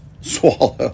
swallow